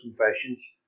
confessions